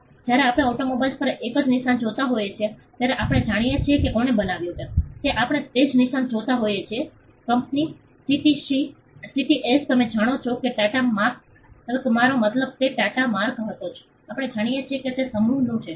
જ્યારે આપણે ઓટોમોબાઈલ પર એક જ નિશાન જોતા હોઈએ છીએ ત્યારે આપણે જાણીએ છીએ કે કોણે બનાવ્યું છે તે આપણે તે જ નિશાન જોતા હોઈએ છીએ કંપની ટીસીએસ તમે જાણો છો કે ટાટા માર્ક મારો મતલબ તે ટાટા માર્ક હતો જે આપણે જાણીએ છીએ કે તે સમૂહનું છે